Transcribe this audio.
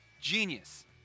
Genius